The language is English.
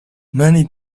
many